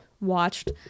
watched